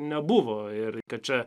nebuvo ir kad čia